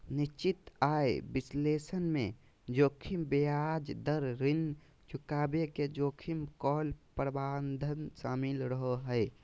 निश्चित आय विश्लेषण मे जोखिम ब्याज दर, ऋण चुकाबे के जोखिम, कॉल प्रावधान शामिल रहो हय